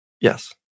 Yes